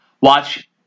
watch